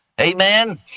Amen